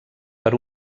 per